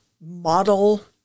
model